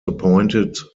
appointed